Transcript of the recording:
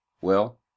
Well